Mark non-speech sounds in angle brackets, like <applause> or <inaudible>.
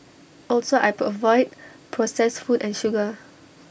also I <unintelligible> avoid processed food and sugar